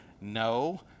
No